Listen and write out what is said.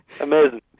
amazing